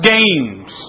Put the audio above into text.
Games